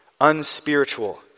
unspiritual